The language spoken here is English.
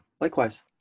likewise